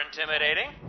intimidating